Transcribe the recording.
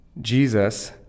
Jesus